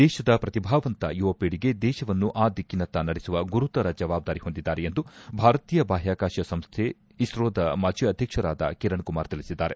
ದೇತದ ಪ್ರತಿಭಾವಂತ ಯುವಪೀಳಿಗೆ ದೇತವನ್ನು ಆ ದಿಕ್ಕಿನತ್ತ ನಡೆಸುವ ಗುರುತರ ಜವಾಬ್ದಾರಿ ಹೊಂದಿದ್ದಾರೆ ಎಂದು ಭಾರತೀಯ ಬಾಹ್ಯಾಕಾಶ ಸಂಸ್ಥೆ ಇಸ್ತೊದ ಮಾಜಿ ಅಧ್ಯಕ್ಷರಾದ ಕಿರಣ್ ಕುಮಾರ್ ತಿಳಿಸಿದ್ದಾರೆ